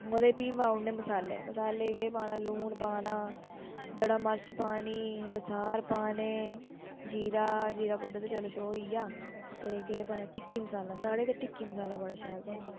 ओह्दे च फ्ही पाउड़ने मसाले मसाले च केह् पाना लून पाना दड़ा मर्च पानी बसार पाने जीरा जीरा पौडर ते चले शो होई आ ते केह् पाना टिक्की मसाला साढ़े ते टिक्की मसाला बड़ा शैल थ्होंदा